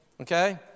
Okay